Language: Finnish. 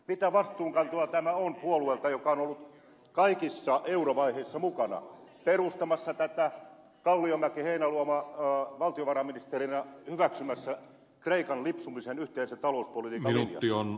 mitä vastuunkantoa tämä on puolueelta joka on ollut kaikissa eurovaiheissa mukana perustamassa tätä kalliomäki heinäluoma valtiovarainministereinä hyväksymässä kreikan lipsumisen yhteisen talouspolitiikan linjasta